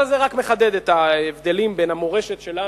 אבל זה רק מחדד את ההבדלים בין המורשת שלנו,